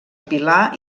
pilar